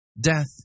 Death